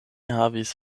havis